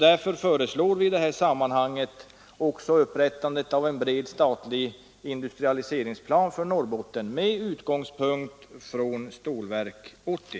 Därför föreslår vi i detta sammanhang också upprättandet av en bred statlig industrialiseringsplan för Norrbotten med utgångspunkt i Stålverk 80.